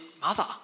mother